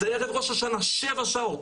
זה היה ערב ראש השנה, שבע, שבע שעות,